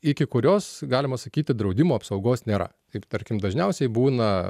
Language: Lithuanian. iki kurios galima sakyti draudimo apsaugos nėra kaip tarkim dažniausiai būna